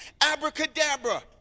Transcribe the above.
abracadabra